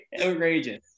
Outrageous